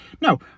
No